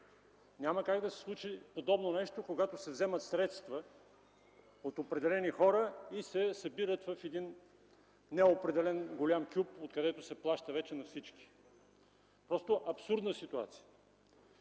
Няма как да се случи подобно нещо, когато се вземат средства от определени хора и се събират в един неопределен голям кюп, откъдето се плаща вече на всички. Просто абсурдна ситуация!